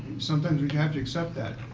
sometimes we have to accept that.